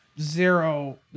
Zero